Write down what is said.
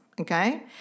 okay